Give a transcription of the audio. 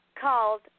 called